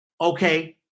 okay